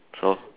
so